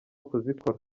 kuzikora